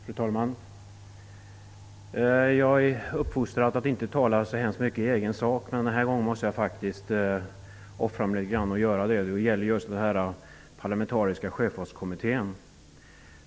Fru talman! Jag är uppfostrad att inte tala så mycket i egen sak. Men denna gång måste jag göra det. Det gäller frågan om en parlamentarisk sjöfartskommitté.